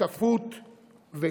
שותפות ותקווה.